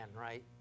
right